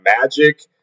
magic